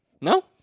No